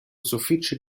sufiĉe